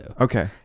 Okay